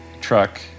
Truck